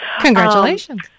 Congratulations